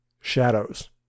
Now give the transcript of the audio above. shadows